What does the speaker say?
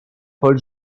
paul